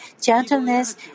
gentleness